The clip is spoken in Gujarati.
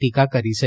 ટીકા કરી છે